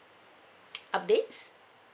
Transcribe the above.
updates